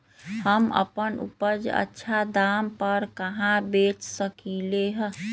हम अपन उपज अच्छा दाम पर कहाँ बेच सकीले ह?